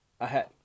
ahead